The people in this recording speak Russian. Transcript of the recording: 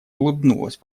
улыбнулась